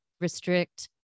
restrict